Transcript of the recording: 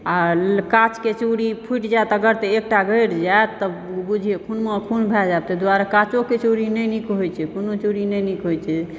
आ काँचके चूड़ी फुटि जैत अगर तऽ एकटा गड़ि जैत तऽ बुझिऔ खूनमे खून भए जैत ताहि दुआरे काँचोकऽ चूड़ी नहि नीक होयत छै कोनो चूड़ी नहि नीक होयत छै